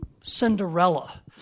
Cinderella